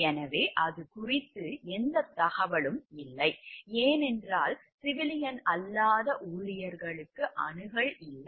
எனவே அது குறித்து எந்த தகவலும் இல்லை ஏனென்றால் சிவிலியன் அல்லாத ஊழியர்களுக்கு அணுகல் இல்லை